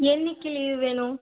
என்னைக்கி leave வேணும்